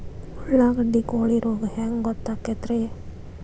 ಉಳ್ಳಾಗಡ್ಡಿ ಕೋಳಿ ರೋಗ ಹ್ಯಾಂಗ್ ಗೊತ್ತಕ್ಕೆತ್ರೇ?